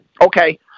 Okay